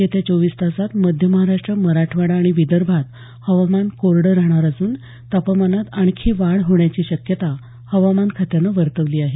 येत्या चोवीस तासात मध्य महाराष्ट्र मराठवाडा आणि विदर्भात हवामान कोरडं राहणार असून तापमानात आणखी वाढ होण्याची शक्यता हवामान खात्यानं वर्तवली आहे